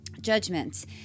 judgments